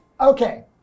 Okay